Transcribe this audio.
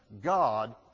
God